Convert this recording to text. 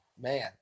man